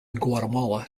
guatemala